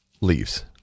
leaves